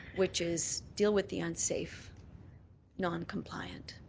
which is deal with the unsafe non-compliant,